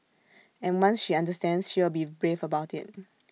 and once she understands she will be brave about IT